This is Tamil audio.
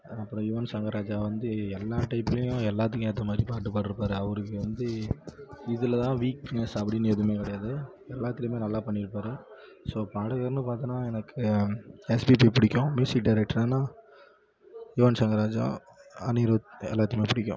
அப்புறோம் யுவன் ஷங்கர் ராஜா வந்து எல்லா டைப்லையும் எல்லாத்துக்கும் ஏற்ற மாதிரி பாட்டு பாட்ருப்பார் அவருக்கு வந்து இதில் தான் வீக்னஸ் அப்படின்னு எதுவுமே கிடையாது எல்லாத்துலையுமே நல்லா பண்ணிருப்பார் ஸோ பாடகர்ன்னு பார்த்தன்னா எனக்கு எஸ்பிபி பிடிக்கும் மியூசிக் டேரக்ட்ருன்னா யுவன் ஷங்கர் ராஜா அனிரூத் எல்லாத்தையுமே பிடிக்கும்